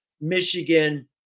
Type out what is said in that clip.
Michigan